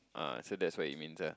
ah so that's what it means ah